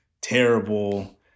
terrible